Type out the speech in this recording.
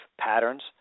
patterns